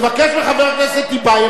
תבקש מחבר הכנסת טיבייב,